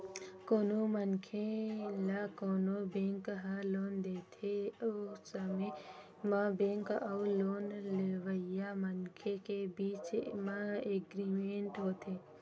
कोनो मनखे ल कोनो बेंक ह लोन देथे ओ समे म बेंक अउ लोन लेवइया मनखे के बीच म एग्रीमेंट होथे